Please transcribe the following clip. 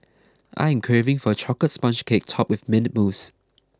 I am craving for a Chocolate Sponge Cake Topped with Mint Mousse